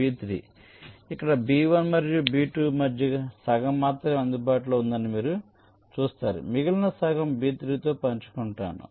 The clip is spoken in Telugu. కాబట్టి బి 1 మరియు బి 2 మధ్య సగం మాత్రమే అందుబాటులో ఉందని మీరు చూస్తారు మిగిలిన సగం బి 3 తో పంచుకుంటారు